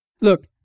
Look